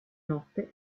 notte